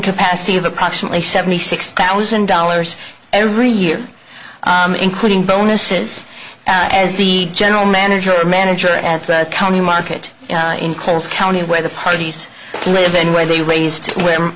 capacity of approximately seventy six thousand dollars every year including bonuses as the general manager manager at the county market in close county where the parties live and where they raised